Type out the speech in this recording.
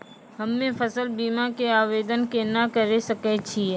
हम्मे फसल बीमा के आवदेन केना करे सकय छियै?